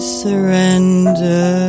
surrender